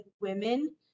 women